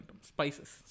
Spices